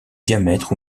diamètre